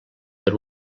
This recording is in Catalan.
per